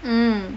mm